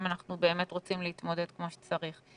אם אנחנו באמת רוצים להתמודד כמו שצריך.